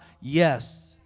yes